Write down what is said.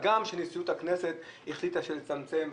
הגם שנשיאות הכנסת החליטה לצמצם.